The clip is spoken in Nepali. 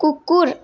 कुकुर